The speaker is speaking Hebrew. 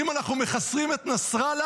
אם אנחנו מחסלים את נסראללה,